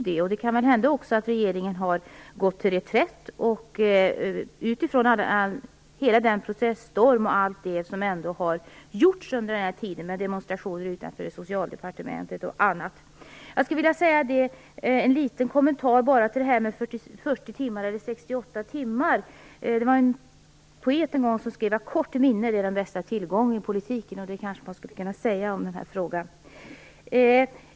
Det kan väl också hända att regeringen har slagit till reträtt inför den proteststorm som ägt rum under den här tiden, med bl.a. demonstrationer utanför Socialdepartementet. Jag har en liten kommentar till vad socialministern sade om 40 eller 68 timmar. En poet skrev en gång att kort minne är den bästa tillgången i politiken, och det kanske man skulle kunna säga om den här frågan.